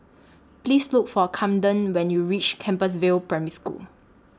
Please Look For Kamden when YOU REACH Compassvale Primary School